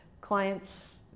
clients